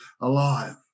alive